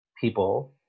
people